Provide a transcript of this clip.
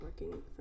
working